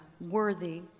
worthy